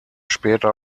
später